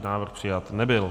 Návrh přijat nebyl.